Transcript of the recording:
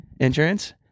insurance